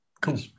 Cool